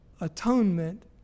atonement